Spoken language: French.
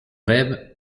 rêve